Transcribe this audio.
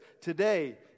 today